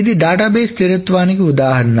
ఇది డేటాబేస్ స్థిరత్వానికి ఉదాహరణ